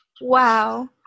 Wow